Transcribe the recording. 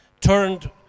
turned